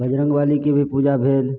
बजरंग वलीके भी पूजा भेल